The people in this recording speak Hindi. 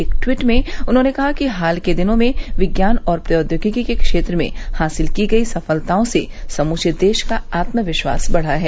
एक ट्वीट में उन्होंने कहा कि हाल के दिनों में विज्ञान और प्रोद्योगिकी के क्षेत्र में हासिल की गई सफलताओं से समूचे देश का आत्म विश्वास बढ़ा है